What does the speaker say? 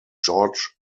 george